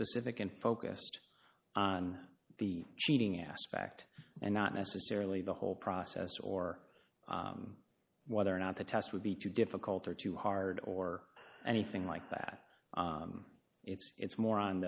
specific and focused on the cheating aspect and not necessarily the whole process or whether or not the test would be too difficult or too hard or anything like that it's more on